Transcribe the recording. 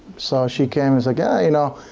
so she came as a guy, you know.